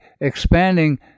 expanding